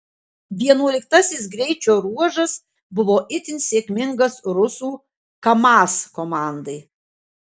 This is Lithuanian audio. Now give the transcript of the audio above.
vienuoliktasis greičio ruožas buvo itin sėkmingas rusų kamaz komandai